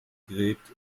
gräbt